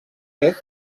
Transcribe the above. est